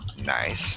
Nice